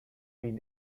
been